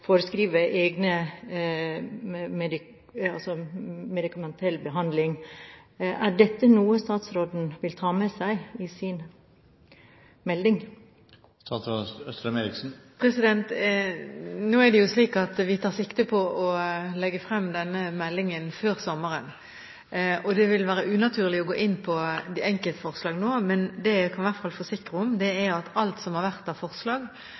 medikamentell behandling. Er dette noe statsråden vil ta med seg i sin melding? Nå er det slik at vi tar sikte på å legge frem denne meldingen før sommeren, og det ville være unaturlig å gå inn på enkeltforslag nå. Det jeg i hvert fall kan forsikre om, er at alt som har vært av forslag,